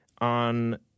on